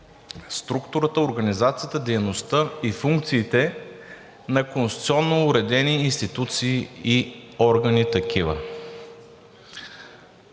структурата, организацията, дейността и функциите на конституционно уредени институции и органи.